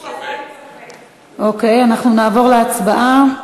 אוקיי, אנחנו נעבור להצבעה,